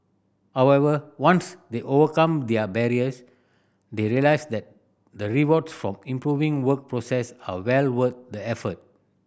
however once they overcome there barriers they realise that the rewards from improving work process are well worth the effort